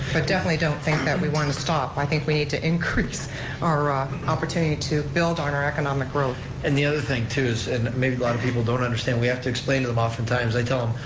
but definitely don't think that we want to stop, i think we need to increase our ah opportunity to build our and our economic growth. and the other thing too is, and maybe a lot of people don't understand, we have to explain to them oftentimes. i tell them,